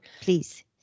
Please